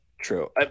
true